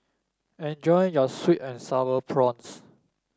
enjoy your sweet and sour prawns